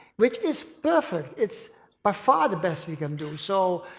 which is perfect. it's by far the best we can do. so,